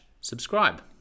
subscribe